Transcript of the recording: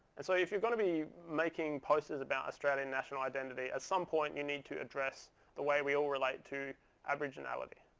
and so if you're going to be making posters about australian national identity, at some point, you need to address the way we all relate to aboriginality.